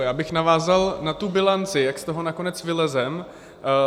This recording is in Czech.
Já bych navázal na tu bilanci, jak z toho nakonec vylezeme.